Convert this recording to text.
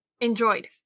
Enjoyed